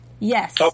Yes